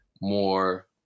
more